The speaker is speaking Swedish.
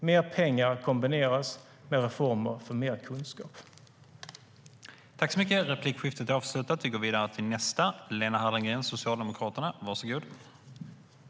Mer pengar kombineras med reformer för mer kunskap.